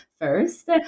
first